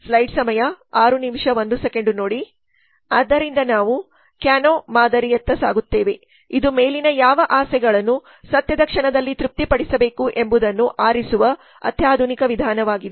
ಆದ್ದರಿಂದ ನಾವು ಕ್ಯಾನೊ ಮಾದರಿಯತ್ತ ಸಾಗುತ್ತೇವೆ ಇದು ಮೇಲಿನ ಯಾವ ಆಸೆಗಳನ್ನು ಸತ್ಯದ ಕ್ಷಣದಲ್ಲಿ ತೃಪ್ತಿಪಡಿಸಬೇಕು ಎಂಬುದನ್ನು ಆರಿಸುವ ಅತ್ಯಾಧುನಿಕ ವಿಧಾನವಾಗಿದೆ